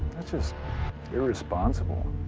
that's just irresponsible.